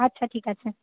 আচ্ছা ঠিক আছে